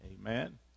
Amen